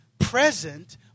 present